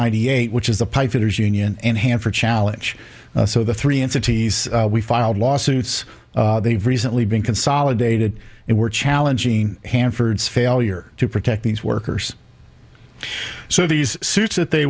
ninety eight which is the pipefitters union and hanford challenge so the three entities we filed lawsuits they've recently been consolidated and were challenging hanford's failure to protect these workers so these suits that they